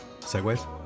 Segways